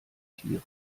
tieren